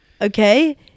okay